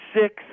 six